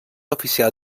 oficial